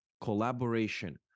collaboration